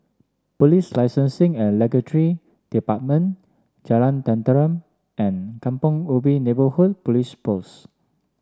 Police Licensing and Department Jalan Tenteram and Kampong Ubi Neighbourhood Police Post